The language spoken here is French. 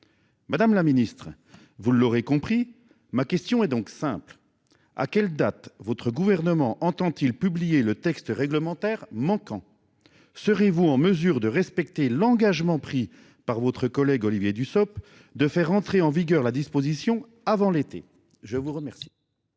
Madame la Ministre, vous l'aurez compris ma question est donc simple à quelle date votre gouvernement entend-il publié le texte réglementaire manquant. Serez-vous en mesure de respecter l'engagement pris par votre collègue Olivier Dussopt, de faire entrer en vigueur la disposition avant l'été. Je vous remercie.